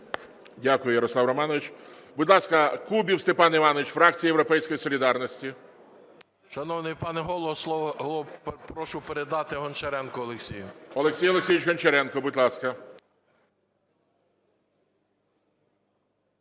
Дякую, Ярослав Романович. Будь ласка, кубів Степан Іванович, фракція "Європейської солідарності". 10:44:17 КУБІВ С.І. Шановний пане Голово, слово прошу передати Гончаренку Олексію. ГОЛОВУЮЧИЙ. Олексій Олексійович Гончаренко, будь ласка.